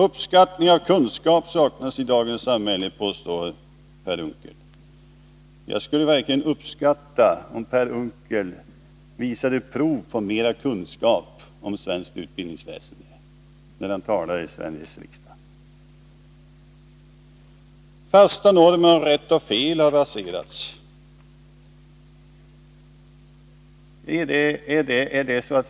Uppskattning av kunskaper saknas i dagens samhälle, påstår Per Unckel. Jag skulle verkligen uppskatta om Per Unckel, när han talar i Sveriges riksdag, visar prov på mera kunskap om svenskt utbildningsväsende. Fasta normer om rätt och fel har raserats, fortsätter Per Unckel.